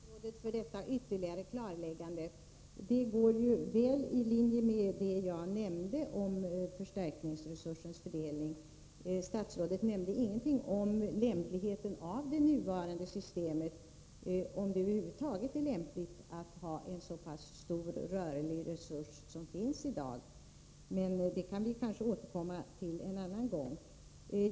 Herr talman! Jag vill tacka statsrådet för detta ytterligare klarläggande. Det går ju väl i linje med vad jag nämnde om förstärkningsresursens fördelning. Statsrådet nämnde ingenting om lämpligheten av det nuvarande systemet, om det över huvud taget är lämpligt att ha en så pass stor rörlig resurs som i dag — men det kan vi kanske återkomma till en annan gång.